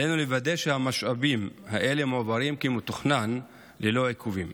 עלינו לוודא שהמשאבים האלה מועברים כמתוכנן ללא עיכובים.